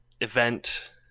event